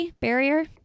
barrier